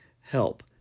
help